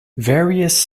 various